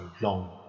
long